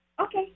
Okay